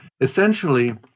essentially